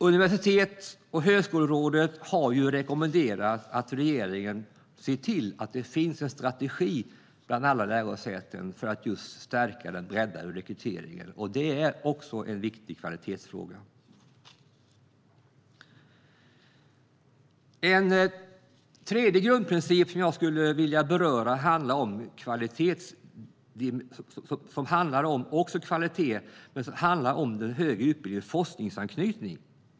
Universitets och högskolerådet har rekommenderat att regeringen ser till att det finns en strategi på alla lärosäten för att just stärka den breddade rekryteringen. Det är också en viktig kvalitetsfråga. En tredje grundprincip, som också handlar om kvalitet, gäller den högre utbildningens forskningsanknytning.